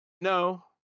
No